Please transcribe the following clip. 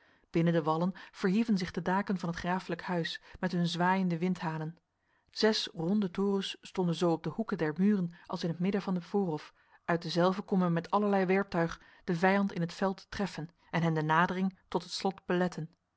binnen de wallen verhieven zich de daken van het grafelijke huis met hun zwaaiende windhanen zes ronde torens stonden zo op de hoeken der muren als in het midden van de voorhof uit dezelve kon men met allerlei werptuig de vijand in het veld treffen en hem de nadering tot het slot beletten